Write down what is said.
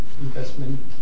investment